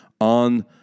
on